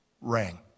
rang